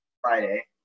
Friday